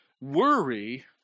worry